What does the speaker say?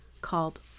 called